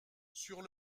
sur